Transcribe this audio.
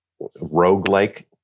roguelike